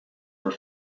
were